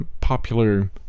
popular